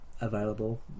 available